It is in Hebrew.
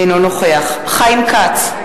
אינו נוכח חיים כץ,